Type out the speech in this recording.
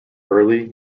early